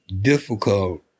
difficult